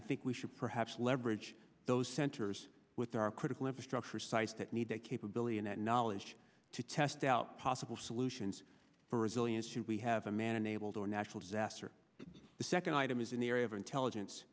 i think we should perhaps leverage those centers with our critical infrastructure sites that need that capability and that knowledge to test out possible solutions for resilience who we have a man enabled or natural disaster the second item is in the area of intelligence